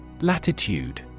Latitude